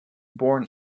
born